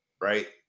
right